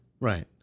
right